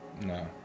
no